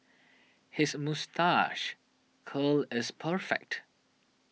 his moustache curl is perfect